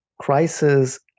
Crisis